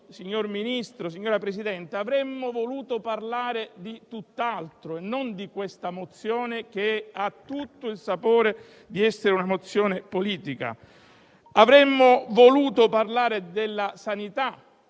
Signor Ministro, signora Presidente, oggi avremmo voluto parlare di tutt'altro, e non di questa mozione che ha tutto il sapore di essere un atto politico. Avremmo voluto parlare della sanità